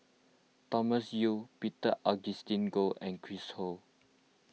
Thomas Yeo Peter Augustine Goh and Chris Ho